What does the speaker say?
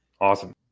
Awesome